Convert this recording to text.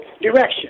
direction